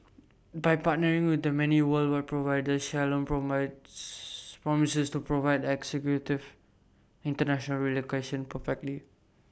by partnering with the many worldwide providers Shalom promises to provide the executive International relocation perfectly